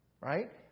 right